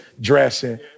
dressing